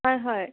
হয় হয়